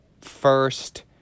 first